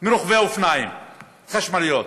מרוכבי האופניים החשמליים.